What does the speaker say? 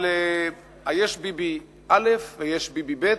אבל יש ביבי א' ויש ביבי ב',